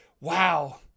wow